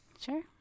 Sure